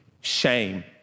shame